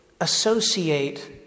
associate